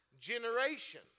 generation